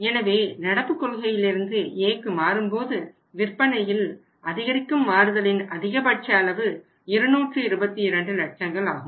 எனவே நடப்பு கொள்கையிலிருந்து Aக்கு மாறும்போது விற்பனையில் அதிகரிக்கும் மாறுதலின் அதிகபட்ச அளவு 222 லட்சங்கள் ஆகும்